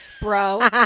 bro